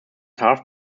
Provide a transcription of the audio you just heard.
half